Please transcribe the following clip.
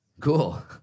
Cool